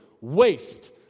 waste